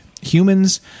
humans